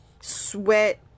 sweat